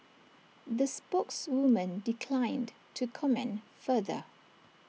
the spokeswoman declined to comment further